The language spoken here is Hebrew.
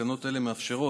תקנות אלה מאפשרות